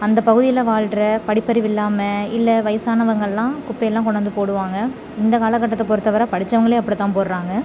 அந்த பகுதியில் வாழ்கிற படிப்பறிவு இல்லாமல் இல்லை வயதானவங்களாம் குப்பையெல்லாம் கொண்டு வந்து போடுவாங்க இந்த காலக்கட்டத்தை பொறுத்தவரை படித்தவங்களே அப்படி தான் போடுறாங்க